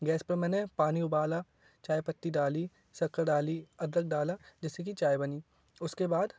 gas पे मैंने पानी उबाला चायपत्ती डाली शक्कर डाली अदरक डाला जिससे कि चाय बनी उसके बाद